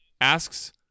asks